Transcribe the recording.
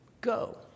Go